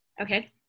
Okay